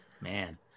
Man